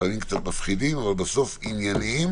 לפעמים קצת מפחידים אבל בסוף ענייניים